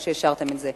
על שאישרתם את זה.